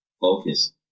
focus